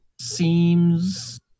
Seems